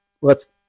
lets